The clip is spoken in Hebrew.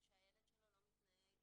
שהילד שלו לא מתנהג